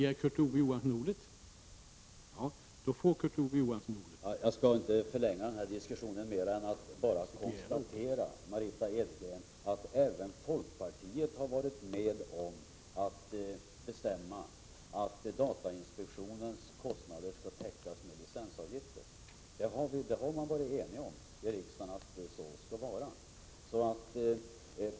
Herr talman! Jag skall inte förlänga den här diskussionen mera än att jag bara konstaterar att även folkpartiet har varit med om att bestämma att datainspektionens kostnader skall täckas med licensavgifter.